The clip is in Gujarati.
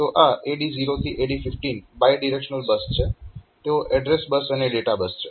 તો આ AD0 થી AD15 બાયડીરેક્શનલ બસ છે તેઓ એડ્રેસ બસ અને ડેટા બસ છે